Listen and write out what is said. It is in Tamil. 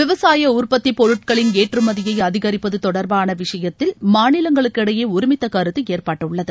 விவசாய உற்பத்திப் பொருட்களின் ஏற்றுமதியை அதிகரிப்பது தொடர்பான விஷயத்தில் மாநிலங்களுக்கு இடையே ஒருமித்த கருத்து ஏற்பட்டுள்ளது